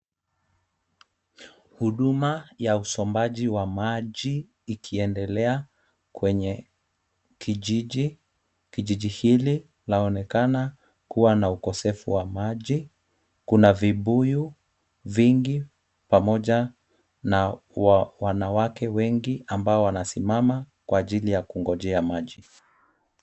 Huduma ya usombaji wa maji ikiendelea kwenye kijiji. Kijiji hiki chaonekana kuwa na ukosefu wa maji. Kuna vibuyu vingi pamoja na wanawake wengi, ambao wanasimama kwa ajili ya kungojea maji.